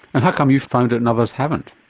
and how come you've found it and others haven't?